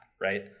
right